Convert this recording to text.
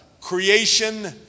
creation